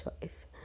choice